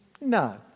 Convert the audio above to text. No